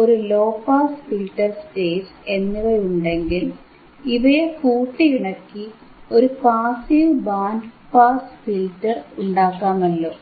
ഒരു low pass filter stage എന്നിവയുണ്ടെങ്കിൽ ഇവയെ കൂട്ടിയിണക്കി ഒരു പാസീവ് ബാൻഡ് പാസ് ഫിൽറ്റർ ഉണ്ടാക്കാമല്ലോ